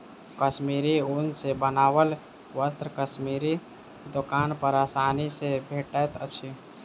कश्मीरी ऊन सॅ बनाओल वस्त्र कश्मीरी दोकान पर आसानी सॅ भेटैत अछि